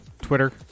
Twitter